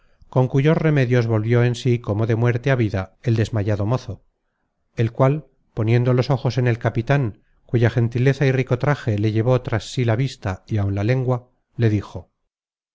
con cuyos remedios volvió en sí como de muerte á vida el desmayado mozo el cual poniendo los ojos en el capitan cuya gentileza y rico traje le llevó tras sí la vista y aun la lengua le dijo